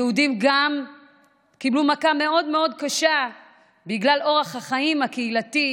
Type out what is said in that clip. היהודים קיבלו מכה מאוד מאוד קשה גם בגלל אורח החיים הקהילתי,